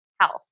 health